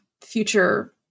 future